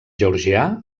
georgià